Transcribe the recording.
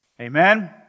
Amen